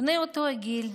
בני אותו הגיל,